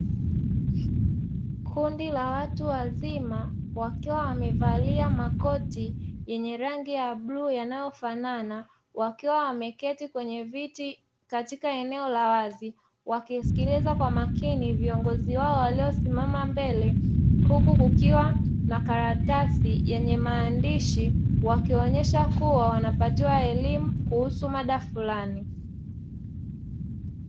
Kundi la watu wazima wakiwa wamevalia makoti yenye rangi ya bluu yanayofanana, wakiwa wameketi kwenye viti katika eneo la wazi, wakisikiliza kwa makini viongozi wao waliosimama mbele huku kukiwa na karatasi yenye maandishi, wakionyesha kuwa wanapatiwa elimu kuhusu mada fulani.